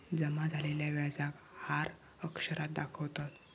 जमा झालेल्या व्याजाक आर अक्षरात दाखवतत